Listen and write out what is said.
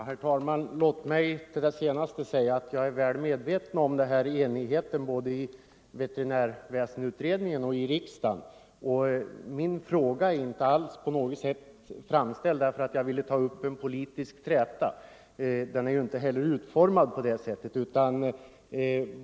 Herr talman! Låt mig till det senaste säga att jag är väl medveten om den enighet som rådde både i veterinärväsendeutredningen och i riksdagen. Min fråga är inte alls framställd därför att jag ville ta upp en politisk träta, frågan är ju inte heller utformad på det sättet.